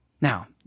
Now